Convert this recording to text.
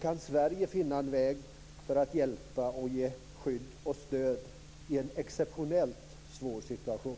Kan Sverige finna en väg att hjälpa, ge skydd och stöd i en exceptionellt svår situation?